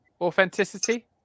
Authenticity